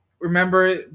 Remember